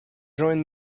join